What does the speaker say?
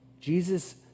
Jesus